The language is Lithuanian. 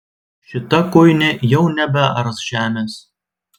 šita kuinė jau nebears žemės